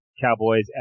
Cowboys